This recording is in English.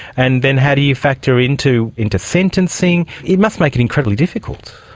and then how do you factor into into sentencing? it must make it incredibly difficult.